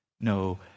no